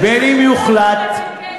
בין שיוחלט, קשר.